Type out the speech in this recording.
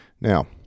Now